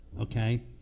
Okay